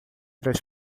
três